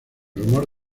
rumor